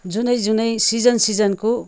जुनै जुनै सिजन सिजनको